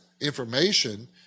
information